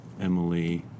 Emily